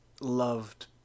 loved